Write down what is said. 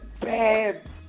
bad